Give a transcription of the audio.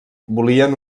volien